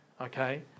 Okay